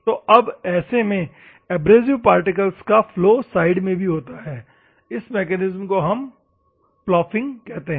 तो अब ऐसे में एब्रेसिव पार्टिकल्स का फ्लो साइड में भी होता है इस मैकेनिज्म को हम पलॉफिंग कहते है